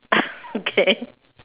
okay